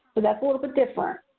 that's a little but different.